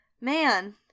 Man